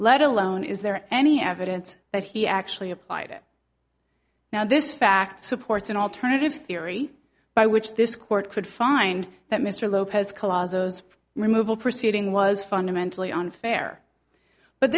let alone is there any evidence that he actually applied it now this fact supports an alternative theory by which this court could find that mr lopez collage removal proceeding was fundamentally unfair but